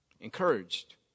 encouraged